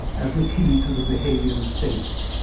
as the key to the behaviour of states,